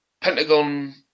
Pentagon